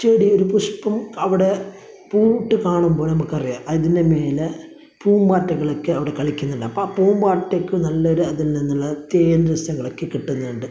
ചെടിയിലെ പുഷ്പം അവിടെ പൂവിട്ട് കാണുമ്പോള് നമുക്കറിയാം അതിന്റെ മേലെ പൂമ്പാറ്റകളൊക്കെ അവിടെ കളിക്കുന്നുണ്ടാവും അപ്പോൾ പൂമ്പാറ്റക്ക് നല്ലൊരു അതില് നിന്നുള്ള തേന് രസങ്ങള് ഒക്കെ കിട്ടുന്നുണ്ട്